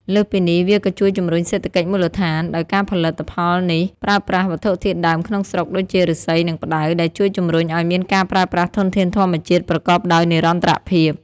លើសពីនេះ វាក៏ជួយជំរុញសេដ្ឋកិច្ចមូលដ្ឋាន ដោយការផលិតផលនេះប្រើប្រាស់វត្ថុធាតុដើមក្នុងស្រុកដូចជា ឫស្សី និងផ្តៅ ដែលជួយជំរុញឲ្យមានការប្រើប្រាស់ធនធានធម្មជាតិប្រកបដោយនិរន្តរភាព។